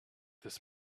this